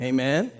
Amen